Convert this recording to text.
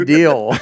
Deal